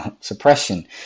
suppression